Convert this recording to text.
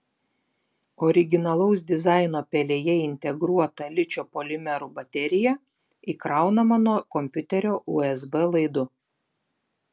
originalaus dizaino pelėje integruota ličio polimerų baterija įkraunama nuo kompiuterio usb laidu